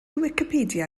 wicipedia